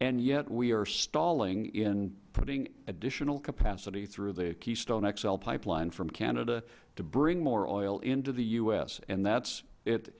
and yet we are stalling in putting additional capacity through the keystone xl pipeline from canada to bring more oil into the u s and